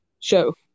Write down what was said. Show